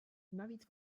navíc